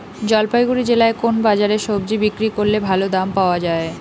জলপাইগুড়ি জেলায় কোন বাজারে সবজি বিক্রি করলে ভালো দাম পাওয়া যায়?